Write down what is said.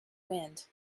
wind